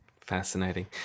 Fascinating